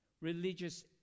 Religious